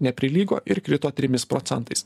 neprilygo ir krito trimis procentais